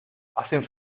hacen